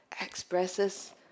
expresses